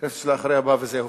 בכנסת שאחריה זה הופסק.